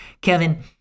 Kevin